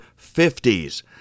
50s